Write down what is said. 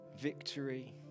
victory